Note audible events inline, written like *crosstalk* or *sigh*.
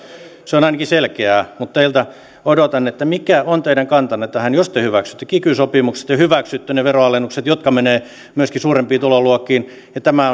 se on ainakin selkeää mutta teiltä odotan mikä on teidän kantanne tähän jos te hyväksytte kiky sopimuksen te hyväksytte ne veronalennukset jotka menevät myöskin suurempiin tuloluokkiin tämä *unintelligible*